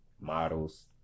models